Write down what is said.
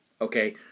okay